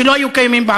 זה לא היה קיים בעבר,